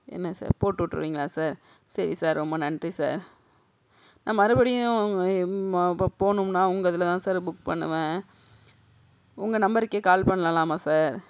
என்ன சார் போட்டுவிட்ருவிங்களா சார் சரி சார் ரொம்ப நன்றி சார் நான் மறுபடியும் போணும்னால் உங்கள் இதில் தான் சார் புக் பண்ணுவேன் உங்கள் நம்பருக்கே கால் பண்ணலாமா சார்